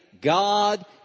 God